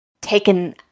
taken